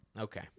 Okay